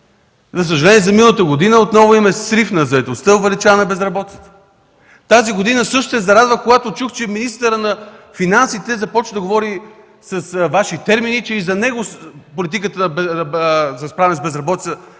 За съжаление, за миналата година ние отново имаме срив на заетостта и увеличаване на безработицата. Тази година също се зарадвах, когато чух, че министърът на финансите започва да говори с Ваши термини и че за него политиката за справяне с безработицата